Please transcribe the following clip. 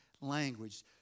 language